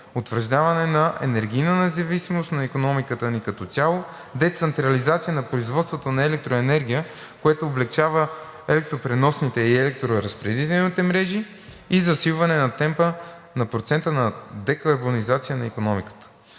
утвърждаване на енергийна независимост на икономиката ни като цяло, децентрализация на производството на електроенергия, което облекчава електропреносните и електроразпределителните мрежи и засилване на темпа на процента на декарбонизация на икономиката.